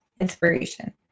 inspiration